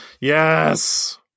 Yes